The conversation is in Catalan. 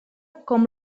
com